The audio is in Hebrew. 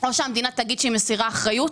- או שהמדינה תגיד שהיא מסירה אחריות,